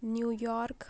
New York